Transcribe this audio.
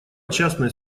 частной